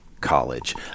college